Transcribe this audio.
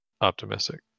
optimistic